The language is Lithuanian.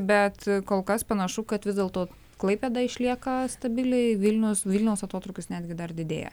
bet kol kas panašu kad vis dėlto klaipėda išlieka stabili vilniaus vilniaus atotrūkis netgi dar didėja